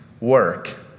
work